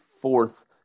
fourth